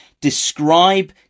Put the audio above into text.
describe